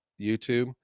YouTube